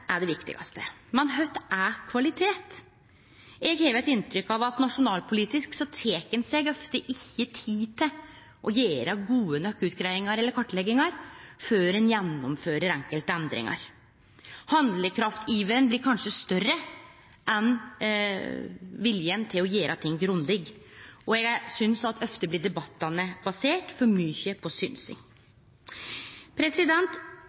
er det viktigaste, men kva er kvalitet? Eg har eit inntrykk av at nasjonalpolitisk tek ein seg ofte ikkje tid til å gjere gode nok utgreiingar eller kartleggingar før ein gjennomfører enkelte endringar. Handlekraftiveren blir kanskje større enn viljen til å gjere ting grundig. Eg synest at ofte blir debattane for mykje baserte på